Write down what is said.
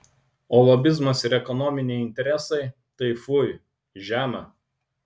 o lobizmas ir ekonominiai interesai tai fui žema